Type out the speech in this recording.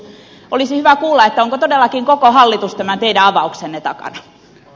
olisi hyvä kuulla onko todellakin koko hallitus tämän teidän avauksenne takana